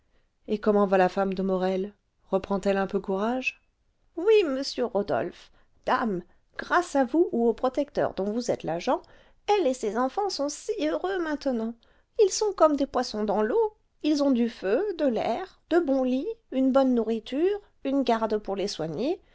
et comment va la femme de morel reprend elle un peu courage oui monsieur rodolphe dame grâce à vous ou au protecteur dont vous êtes l'agent elle et ses enfants sont si heureux maintenant ils sont comme des poissons dans l'eau ils ont du feu de l'air de bons lits une bonne nourriture une garde pour les soigner